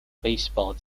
baseball